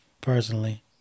personally